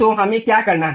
तो हमें क्या करना है